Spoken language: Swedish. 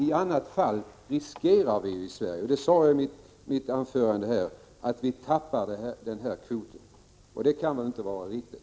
I annat fall riskerar vi här i Sverige — det sade jag i mitt anförande — att tappa den här kvoten. Och det kan väl inte vara riktigt?